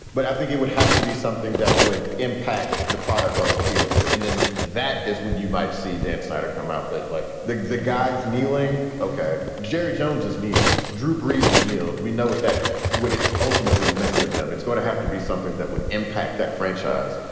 but i think it would have to be something that would impact the product on the field. and then that is when you might see dan snyder come out. but like the the guys kneeling. ok, jerry jones is nield. drew brees is nield. we know what that what it ultimately meant to them. it's going to have to be something that would impact that franchise.